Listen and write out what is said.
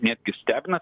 netgi stebina